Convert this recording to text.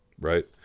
right